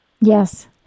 Yes